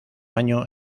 año